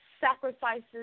sacrifices